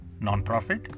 nonprofit